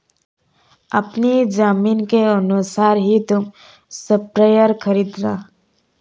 अपनी जमीन के अनुसार ही तुम स्प्रेयर खरीदना